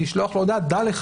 המסר.